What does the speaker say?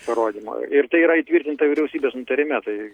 parodymo ir tai yra įtvirtinta vyriausybės nutarime tai